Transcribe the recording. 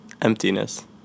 Emptiness